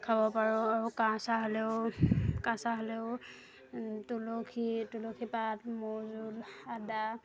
খাব পাৰোঁ আৰু কাঁহ চাহ হ'লেও কাঁহ চাহ হ'লেও তুলসী তুলসী পাত মৌ জোল আদা